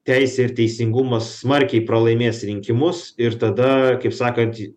teisė ir teisingumas smarkiai pralaimės rinkimus ir tada kaip sakant